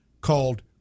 called